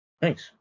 thanks